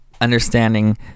Understanding